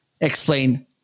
explain